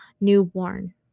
newborn